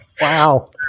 wow